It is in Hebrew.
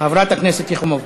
חברת הכנסת יחימוביץ.